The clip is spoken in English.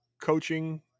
coaching